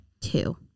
Two